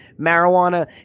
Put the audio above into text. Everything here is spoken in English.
marijuana